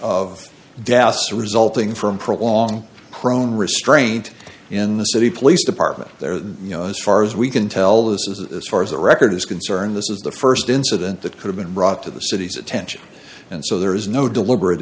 dowse resulting from prolonged chrome restraint in the city police department there that you know as far as we can tell this is as far as the record is concerned this is the st incident that could have been brought to the city's attention and so there is no deliberate